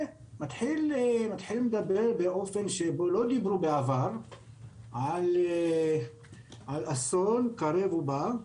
מתחילים לדבר באופן שבו לא דיברו בעבר על אסון קרב ובא,